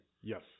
yes